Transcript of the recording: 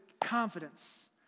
confidence